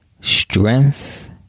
Strength